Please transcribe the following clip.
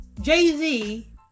Jay-Z